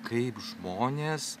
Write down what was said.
kaip žmonės